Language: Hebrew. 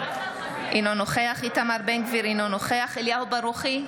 אינו נוכח איתמר בן גביר, אינו נוכח אליהו ברוכי,